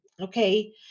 okay